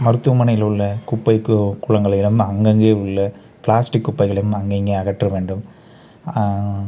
மருத்துவமனையில் உள்ள குப்பைக்கூ கூலங்களை எல்லாம் அங்கங்கே உள்ள பிளாஸ்டிக் குப்பைகளையும் அங்கங்கே அகற்ற வேண்டும்